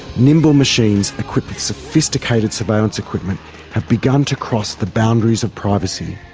nimble machines equipped with sophisticated surveillance equipment have begun to cross the boundaries of privacy.